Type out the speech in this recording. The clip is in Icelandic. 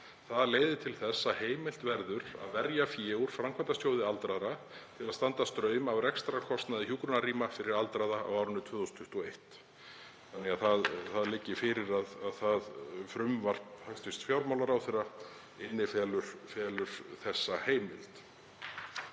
Það leiðir til þess að heimilt verður að verja fé úr Framkvæmdasjóði aldraðra til að standa straum af rekstrarkostnaði hjúkrunarrýma fyrir aldraða á árinu 2021.“ Það liggur því fyrir að frumvarp hæstv. fjármálaráðherra innifelur þessa heimild.